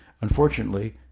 Unfortunately